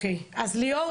בבקשה ליאור,